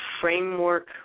framework